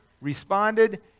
responded